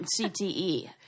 CTE